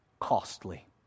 costly